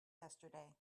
yesterday